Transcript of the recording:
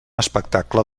espectacle